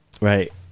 Right